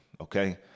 Okay